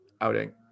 outing